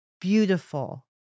beautiful